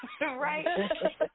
Right